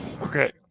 Okay